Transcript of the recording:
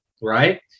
right